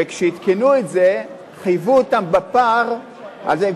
וכשעדכנו את זה חייבו אותם בפער אם הם